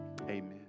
amen